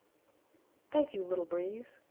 thank you, little breeze,